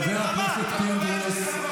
חבר הכנסת פינדרוס.